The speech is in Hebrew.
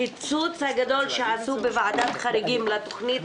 הקיצוץ הגדול שעשו בוועדת החריגים לתוכנית